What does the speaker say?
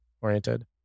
oriented